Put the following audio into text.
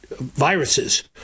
viruses